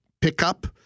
pickup